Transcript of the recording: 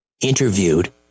interviewed